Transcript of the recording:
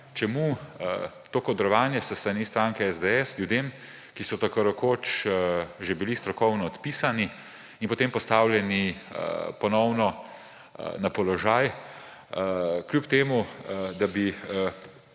čemu to kadrovanje s strani stranke SDS z ljudmi, ki so tako rekoč že bili strokovno odpisani in potem postavljeni ponovno na položaj, čeprav bi